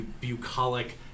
bucolic